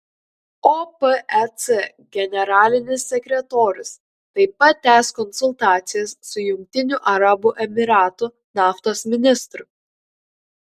opec generalinis sekretorius taip pat tęs konsultacijas su jungtinių arabų emyratų naftos ministru